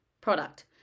product